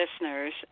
listeners